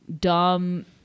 dumb